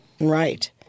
Right